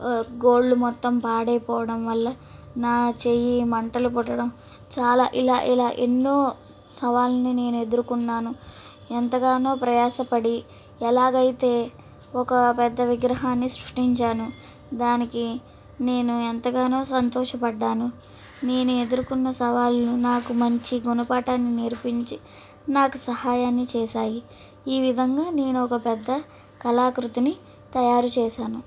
గోళ్ళు మొత్తం పాడైపోవడం వల్ల నా చేయి మంటలు పుట్టడం చాలా ఇలా ఇలా ఎన్నో సవాళ్ళని నేను ఎదుర్కొన్నాను ఎంతగానో ప్రయాసపడి ఎలాగైతే ఒక పెద్ద విగ్రహాన్ని సృష్టించాను దానికి నేను ఎంతగానో సంతోషపడ్డాను నేను ఎదుర్కొన్న సవాళ్లు నాకు మంచి గుణపాఠాన్ని నేర్పించి నాకు సహాయాన్ని చేశాయి ఈ విధంగా నేను ఒక పెద్ద కళాకృతిని తయారు చేశాను